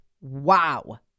Wow